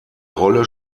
rolle